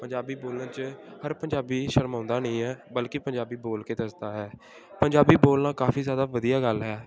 ਪੰਜਾਬੀ ਬੋਲਣ 'ਚ ਹਰ ਪੰਜਾਬੀ ਸ਼ਰਮਾਉਂਦਾ ਨਹੀਂ ਹੈ ਬਲਕਿ ਪੰਜਾਬੀ ਬੋਲ ਕੇ ਦੱਸਦਾ ਹੈ ਪੰਜਾਬੀ ਬੋਲਣਾ ਕਾਫੀ ਜ਼ਿਆਦਾ ਵਧੀਆ ਗੱਲ ਹੈ